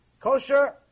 Kosher